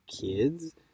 kids